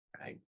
right